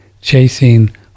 chasing